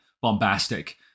bombastic